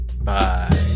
Bye